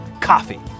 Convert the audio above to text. coffee